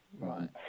right